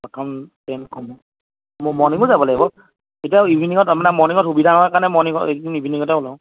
এখন মৰ্ণনিঙো যাব লাগিব এতিয়া ইভিনিঙত মানে মৰ্ণিনিঙত সুবিধা হয় কাৰণে মৰ্নিঙত এইকেইদিন ইভিনিঙতে ওলাওঁ